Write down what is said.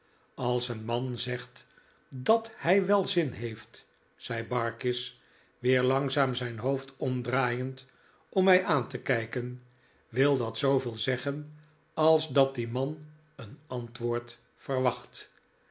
als een man zegt dat hij wel zin heeft zei barkis weer langzaam zijn hoofd omdraaiend om mij aan te kijken wil dat zooveel zeggen als dat die man een antwoord verwacht